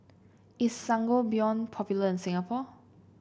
is Sangobion popular in Singapore